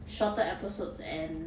shorter episodes and